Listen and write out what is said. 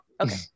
Okay